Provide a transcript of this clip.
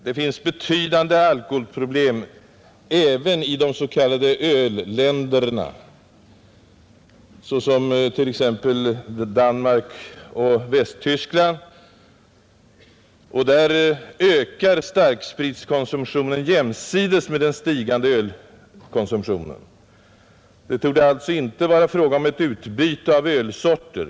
Det finns betydande alkoholproblem även i de s.k. ölländerna, t.ex. Danmark och Västtyskland, och där ökar starkspritkonsumtionen jämsides med den stigande ölkonsumtionen. Det torde alltså inte vara fråga om ett utbyte av ölsorter.